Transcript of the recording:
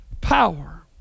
power